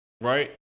Right